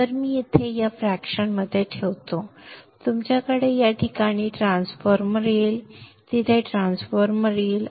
तर मी ते येथे या फ्रॅक्शन मध्ये ठेवतो तुमच्याकडे त्या ठिकाणी ट्रान्सफॉर्मर येईल तिथे ट्रान्सफॉर्मर येईल